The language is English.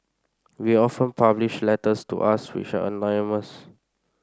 we often publish letters to us which are anonymous